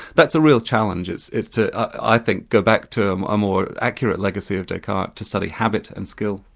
that's a real challenge it's it's to, i think, go back to um a more accurate legacy of descartes to study habit and skill.